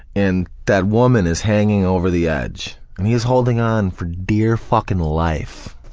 and that woman is hanging over the edge, and he's holding on for dear fucking life.